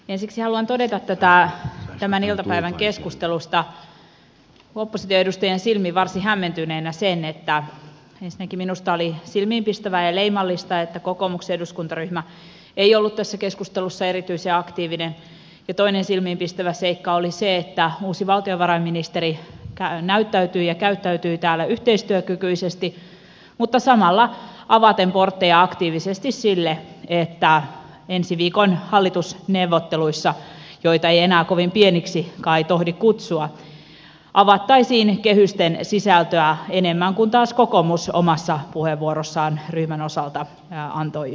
ensiksi haluan todeta tämän iltapäivän keskustelusta opposition edustajan silmin varsin hämmentyneenä sen että ensinnäkin minusta oli silmiinpistävää ja leimallista että kokoomuksen eduskuntaryhmä ei ollut tässä keskustelussa erityisen aktiivinen ja toinen silmiinpistävä seikka oli se että uusi valtiovarainministeri näyttäytyi ja käyttäytyi täällä yhteistyökykyisesti mutta samalla avaten portteja aktiivisesti sille että ensi viikon hallitusneuvotteluissa joita ei enää kovin pieniksi kai tohdi kutsua avattaisiin kehysten sisältöä enemmän kuin taas kokoomus omassa puheenvuorossaan ryhmän osalta antoi ymmärtää